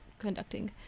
conducting